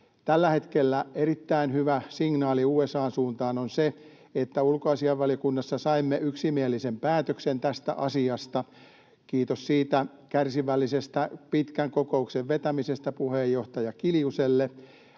Tällä hetkellä erittäin hyvä signaali USA:n suuntaan on se, että ulkoasiainvaliokunnassa saimme yksimielisen päätöksen tästä asiasta. Kiitos siitä kärsivällisestä pitkän kokouksen vetämisestä puheenjohtaja Kiljuselle.